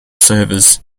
servers